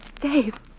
Dave